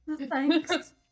Thanks